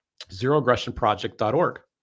Zeroaggressionproject.org